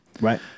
right